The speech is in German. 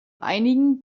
einigen